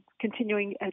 continuing